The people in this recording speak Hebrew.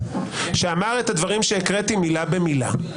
שאמר את הדברים שהקראתי מילה במילה,